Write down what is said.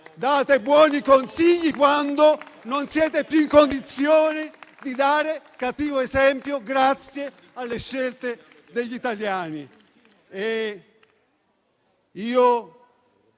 date buoni consigli, quando non siete più in condizioni di dare il cattivo esempio grazie alle scelte degli italiani.